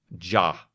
Ja